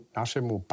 našemu